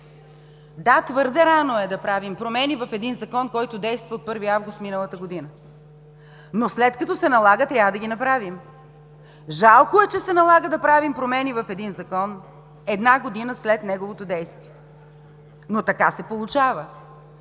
да, твърде рано е да правим промени в един Закон, който действа от 1 август миналата година, но след като се налага, трябва да ги направим. Жалко е, че се налага да правим промени в един Закон една година след неговото действие, но така се получава.